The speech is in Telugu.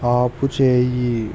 ఆపుచేయి